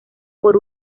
por